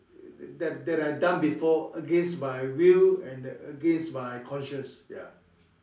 that that I done before against my will and against my conscious ya